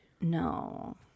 No